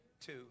two